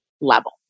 level